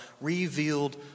revealed